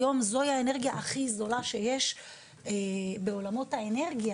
היום זו האנרגיה הכי זולה שיש בעולמות האנרגיה.